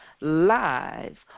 live